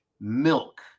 milk